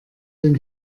den